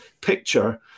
picture